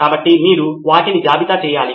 కాబట్టి మీరు వాటిని జాబితా చేయాలి